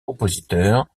compositeur